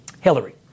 Hillary